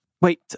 Wait